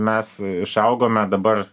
mes išaugome dabar